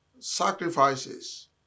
sacrifices